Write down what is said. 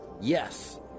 Yes